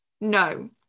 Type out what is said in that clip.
No